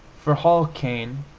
for hall caine,